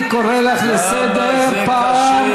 אני קורא אותך לסדר פעם,